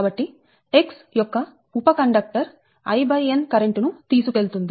కాబట్టి X యొక్క ఉప కండక్టర్ I n కరెంటు ను తీసుకెళుతుంది